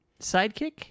sidekick